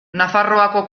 nafarroako